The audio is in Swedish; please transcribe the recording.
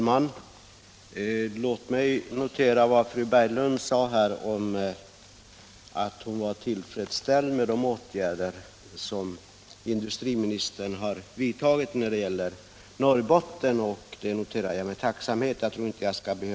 Herr talman! Fru Berglund sade att hon var tillfredsställd med de åtgärder som industriministern har vidtagit när det gäller Norrbotten, och det noterar jag med tacksamhet.